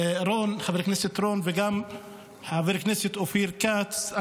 חבר הכנסת רון וחבר הכנסת אופיר כץ,